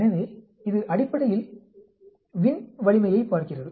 எனவே இது அடிப்படையில் வின் வலிமையைப் பார்க்கிறது